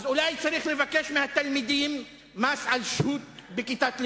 אז אולי צריך לבקש מהתלמידים מס על שהות בכיתת לימוד?